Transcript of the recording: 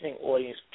audience